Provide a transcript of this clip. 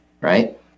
Right